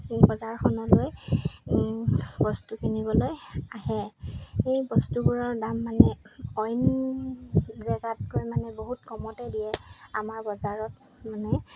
বজাৰখনলৈ বস্তু কিনিবলৈ আহে সেই বস্তুবোৰৰ দাম মানে অইন জেগাতকৈ মানে বহুত কমতে দিয়ে আমাৰ বজাৰত মানে